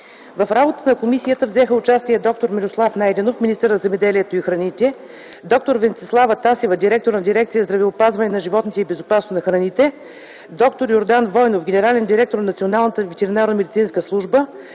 В работата на комисията взеха участие д-р Мирослав Найденов – министър на земеделието и храните, д-р Венцислава Тасева – директор на дирекция „Здравеопазване на животните и безопасност на храните”, д-р Йордан Войнов – генерален директор на Националната ветеринарномедицинска служба,